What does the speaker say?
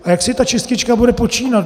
A jak si ta čistička bude počínat?